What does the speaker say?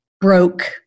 broke